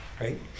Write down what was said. Right